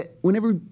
Whenever